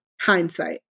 hindsight